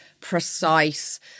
precise